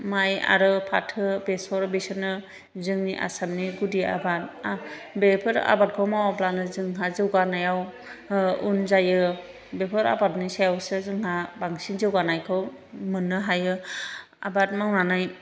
माइ आरो फाथो बेसर बेफोरनो जोंनि आसामनि गुदि आबाद बेफोर आबादखौ मावब्लानो जोंहा जौगानायाव उन जायो बेफोर आबादनि सायावसो जोंहा बांसिन जौगानायखौ मोननो हायो आबाद मावनानै